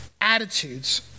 attitudes